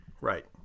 Right